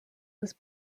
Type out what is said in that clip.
was